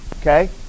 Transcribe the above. okay